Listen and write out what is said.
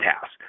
house